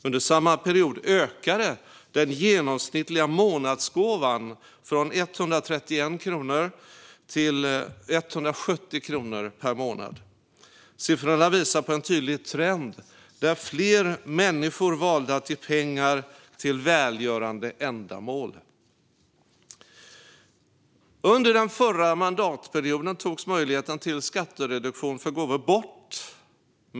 Under samma period ökade den genomsnittliga månadsgåvan från 131 kronor till 170 kronor per månad. Siffrorna visade på en tydlig trend där fler människor valde att ge pengar till välgörande ändamål. Under den förra mandatperioden togs möjligheten till skattereduktion för gåvor bort.